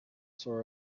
saw